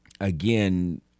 again